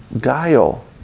guile